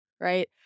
Right